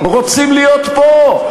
רוצים להיות פה.